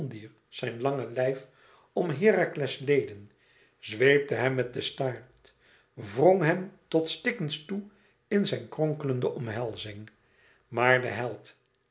zijn lange lijf om herakles leden zweepte hem met de staart wrong hem tot stikkens toe in zijn kronkelende omhelzing maar de held